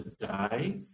Today